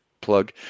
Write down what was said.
plug